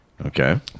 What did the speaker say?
Okay